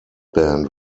band